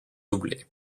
doublé